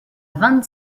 vingt